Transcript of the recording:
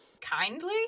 kindly